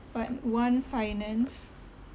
part one finance